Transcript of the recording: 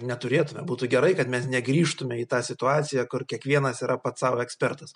neturėtume būtų gerai kad mes negrįžtume į tą situaciją kur kiekvienas yra pats sau ekspertas